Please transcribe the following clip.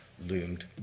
loomed